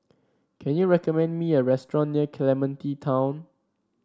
can you recommend me a restaurant near Clementi Town